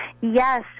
Yes